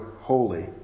holy